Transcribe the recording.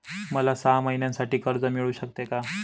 मला सहा महिन्यांसाठी कर्ज मिळू शकते का?